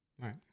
Right